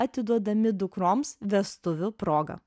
atiduodami dukroms vestuvių proga